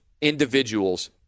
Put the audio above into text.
individuals